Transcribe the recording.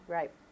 Right